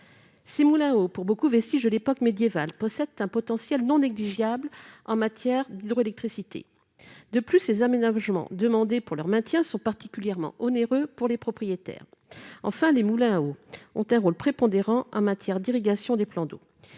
ces moulins à eau pour beaucoup, vestige de l'époque médiévale possède un potentiel non négligeable en matière d'hydroélectricité de plus ces aménagements demandés pour leur maintien sont particulièrement onéreux pour les propriétaires, enfin les moulins ou ont un rôle prépondérant en matière d'irrigation des plans d'eau